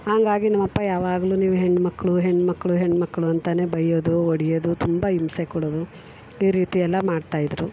ಹಂಗಾಗಿ ನಮ್ಮಪ್ಪ ಯಾವಾಗಲೂ ನೀವು ಹೆಣ್ಮಕ್ಳು ಹೆಣ್ಮಕ್ಕಳು ಹೆಣ್ಮಕ್ಕಳು ಅಂತಲೇ ಬಯ್ಯೋದು ಒಡೆಯೋದು ತುಂಬ ಹಿಂಸೆ ಕೊಡೋದು ಈ ರೀತಿ ಎಲ್ಲ ಮಾಡ್ತಾಯಿದ್ರು